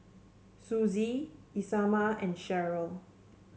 Suzie Isamar and Sheryl